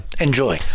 enjoy